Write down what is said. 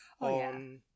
on